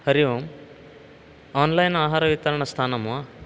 हरिः ओम् आन्लैन् आहारवितरणस्थानं वा